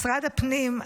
משרד הפנים,